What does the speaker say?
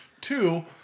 Two